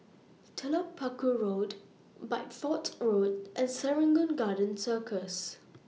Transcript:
Telok Paku Road Bideford Road and Serangoon Garden Circus